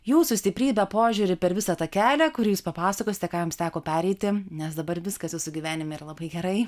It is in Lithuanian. jūsų stiprybę požiūrį per visą tą kelią kurį jūs papasakosite ką jums teko pereiti nes dabar viskas jūsų gyvenime yra labai gerai